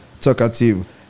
Talkative